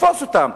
תתפסו אותם,